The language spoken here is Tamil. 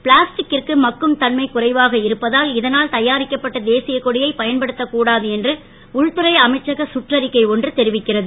பிளாஸ்டிக்கிற்கு மக்கும் தன்மை குறைவாக இருப்பதால் இதனால் தயாரிக்கப்பட்ட தேசியகொடியை பயன்படுத்தக்கூடாது என்று உள்துறை அமைச்சக சுற்றிக்கை ஒன்று தெரிவிக்கிறது